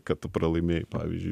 kad tu pralaimėjai pavyzdžiui